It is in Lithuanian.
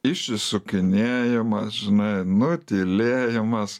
išsisukinėjimas žinai nutylėjimas